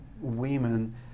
women